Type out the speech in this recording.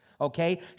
okay